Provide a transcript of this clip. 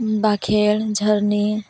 ᱵᱟᱸᱠᱷᱮᱲ ᱡᱷᱟᱹᱨᱱᱤ